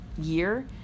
year